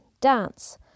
dance